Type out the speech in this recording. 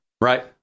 Right